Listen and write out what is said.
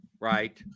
right